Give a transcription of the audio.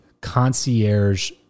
concierge